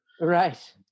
Right